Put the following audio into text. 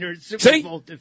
See